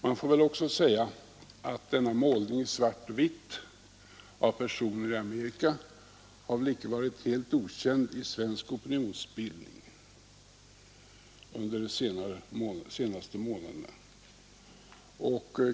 Man får väl också säga att denna målning i svart och vitt av personer i Amerika icke varit helt okänd i svensk opinionsbildning under de senaste månaderna.